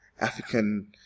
African